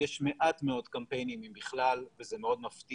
יש מעט מאוד קמפיינים אם בכלל וזה מאוד מפתיע,